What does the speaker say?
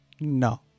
No